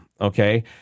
Okay